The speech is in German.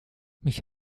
mich